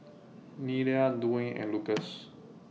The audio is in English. Nelia Dwaine and Lucas